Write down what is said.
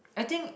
I think